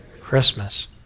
Christmas